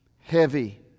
Heavy